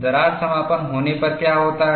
दरार समापन होने पर क्या होता है